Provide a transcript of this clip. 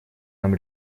нам